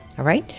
right?